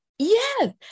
Yes